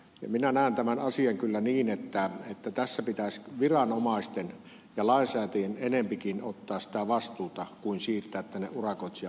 minä näen tämän asian kyllä niin että tässä pitäisi viranomaisten ja lainsäätäjien enempikin ottaa vastuuta kuin siirtää urakoitsijapuolelle